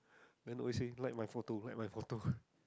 then always say like my photo like my photo